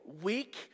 weak